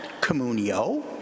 communio